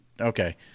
Okay